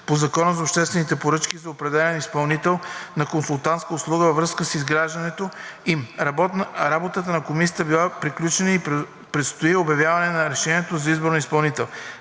по Закона за обществените поръчки за определен изпълнител на консултантска услуга във връзка с изграждането им. Работата на Комисията била приключена и предстои обявяване на решението за избор на изпълнител.